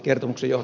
kiitos